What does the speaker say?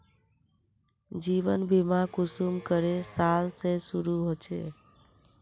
जीवन बीमा कुंसम करे साल से शुरू होचए?